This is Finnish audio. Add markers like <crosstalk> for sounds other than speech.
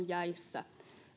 <unintelligible> jäissä